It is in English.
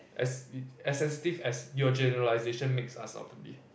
as as as sensitive as your generalization makes us all to be